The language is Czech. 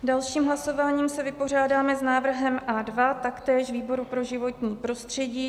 Dalším hlasováním se vypořádáme s návrhem A2, taktéž výboru pro životní prostředí.